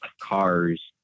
cars